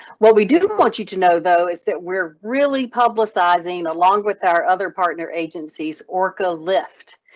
what we do want you to know though, is that we're really publicizing, along with our other partner agencies, orca lift.